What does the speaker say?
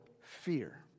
fear